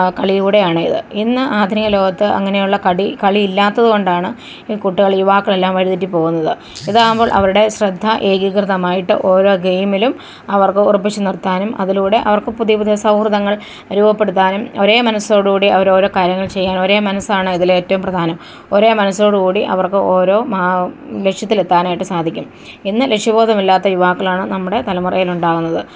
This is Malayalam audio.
കളി കൂടെയാണിത് ഇന്ന് ആധുനിക ലോകത്ത് അങ്ങനെ ഉള്ള കടി കളി ഇല്ലാത്തതുകൊണ്ടാണ് ഈ കുട്ടികൾ യുവാക്കളെല്ലാം വഴിതെറ്റി പോകുന്നത് ഇതാവുമ്പോൾ അവരുടെ ശ്രദ്ധ ഏകീകൃതമായിട്ട് ഓരോ ഗെയിമിലും അവർക്ക് ഉറപ്പിച്ച് നിർത്താനും അതിലൂടെ അവർക്ക് പുതിയ പുതിയ സൗഹൃദങ്ങൾ രൂപപ്പെട്ത്താനും ഒരേ മനസ്സോട്കൂടി അവരോരോ കാര്യങ്ങൾ ചെയ്യാൻ ഒരേ മനസ്സാണ് ഇതിലേറ്റോം പ്രധാനം ഒരേ മനസ്സോടുകൂടി അവർക്ക് ഓരോ ലക്ഷ്യത്തിലെത്താനായിട്ട് സാധിക്കും എന്ന് ലക്ഷ്യബോധവില്ലാത്ത യുവാക്കളാണ് നമ്മടെ തലമുറേലുണ്ടാക്ന്നത്